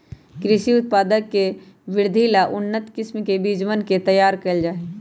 कृषि उत्पाद के वृद्धि ला उन्नत किस्म के बीजवन के तैयार कइल जाहई